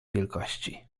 wielkości